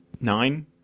nine